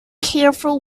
careful